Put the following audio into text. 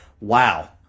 Wow